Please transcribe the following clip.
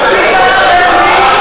מי, ?